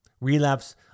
Relapse